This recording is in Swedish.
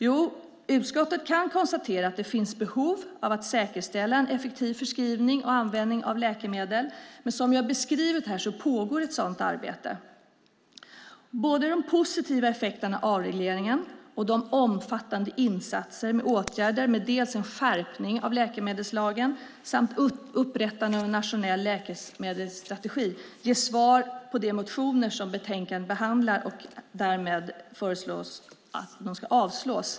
Jo, utskottet kan konstatera att det finns behov av att säkerställa en effektiv förskrivning och användning av läkemedel. Men som jag har beskrivit här pågår ett sådant arbete. De positiva effekterna av avregleringen och de omfattande insatserna, skärpningen av läkemedelslagen samt upprättandet av en nationell läkemedelsstrategi ger svar på de motioner som behandlas i betänkandet, och man föreslår därmed att de ska avslås.